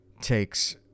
takes